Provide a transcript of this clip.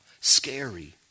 scary